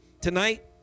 Tonight